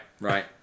right